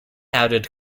added